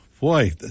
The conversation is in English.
boy